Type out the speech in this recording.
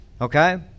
Okay